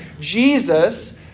Jesus